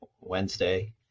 wednesday